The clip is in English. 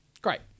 Great